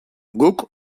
guk